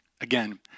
Again